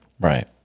Right